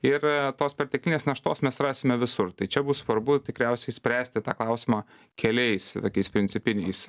ir tos perteklinės naštos mes rasime visur tai čia bus svarbu tikriausiai spręsti tą klausimą keliais tokiais principiniais